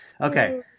Okay